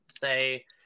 Say